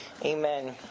Amen